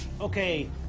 Okay